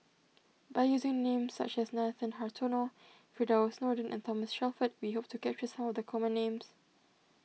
by using names such as Nathan Hartono Firdaus Nordin and Thomas Shelford we hope to capture some of the common names